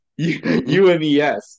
UMES